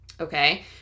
Okay